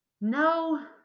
No